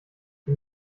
die